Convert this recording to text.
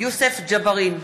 יוסף ג'בארין,